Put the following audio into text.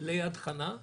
ליד חנה.